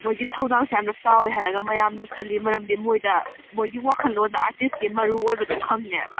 ꯃꯣꯏꯒꯤ ꯊꯧꯗꯥꯡꯁꯦ ꯌꯥꯝꯅ ꯆꯥꯎꯏ ꯍꯥꯏꯔꯒ ꯃꯌꯥꯝꯅ ꯈꯜꯂꯤ ꯃꯔꯝꯗꯤ ꯃꯣꯏꯗ ꯃꯣꯏꯒꯤ ꯋꯥꯈꯜꯂꯣꯟꯗ ꯑꯥꯔꯇꯤꯁꯀꯤ ꯃꯔꯨꯑꯣꯏꯕꯗꯣ ꯈꯪꯉꯦꯕ